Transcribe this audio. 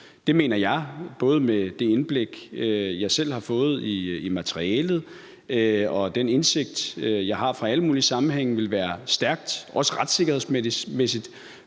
Det mener jeg, både med det indblik, jeg selv har fået i materialet, og den indsigt, jeg har fra alle mulige andre sammenhænge, ville være stærkt problematisk, også retssikkerhedsmæssigt.